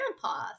grandpa